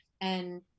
and-